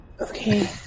Okay